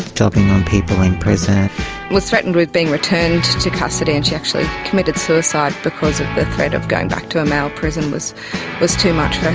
dobbing on people in prison. she was threatened with being returned to custody and she actually committed suicide because the threat of going back to a male prison was was too much for her.